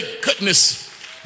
goodness